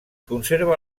conserva